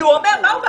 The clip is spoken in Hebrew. כי מה אמר?